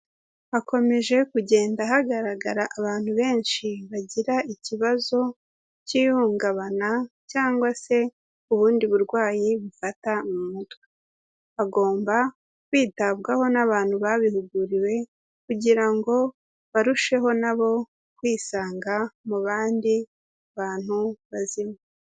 Hakomeje kugenda hagaragara abantu benshi, bagira ikibazo cy'ihungabana, cyangwa se ubundi burwayi, bufata mu mutwe. Bagomba kwitabwaho n'abantu babihuguriwe, kugira ngo barusheho nabo kwisanga, mu bandi bantu bazima.